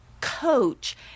Coach